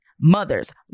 mothers